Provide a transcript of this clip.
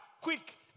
quick